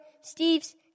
Steve's